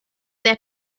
their